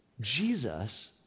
Jesus